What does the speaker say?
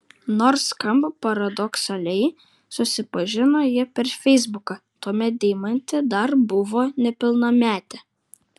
nors skamba paradoksaliai susipažino jie per feisbuką tuomet deimantė dar buvo nepilnametė